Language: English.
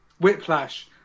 Whiplash